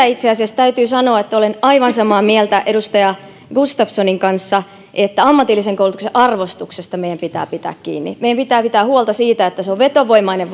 itse asiassa täytyy sanoa että olen aivan samaa mieltä edustaja gustafssonin kanssa siitä että ammatillisen koulutuksen arvostuksesta meidän pitää pitää kiinni meidän pitää pitää huolta siitä että se on vetovoimainen